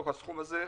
מהסכום הזה,